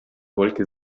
wolke